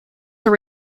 are